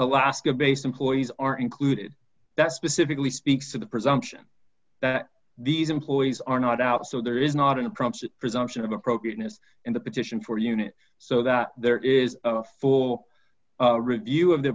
alaska based employees are included that specifically speaks to the presumption that these employees are not out so there is not an approach to presumption of appropriateness in the petition for unit so that there is a full review of the